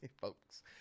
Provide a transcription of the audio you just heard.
Folks